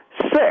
six